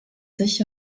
sich